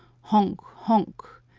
honk, honk.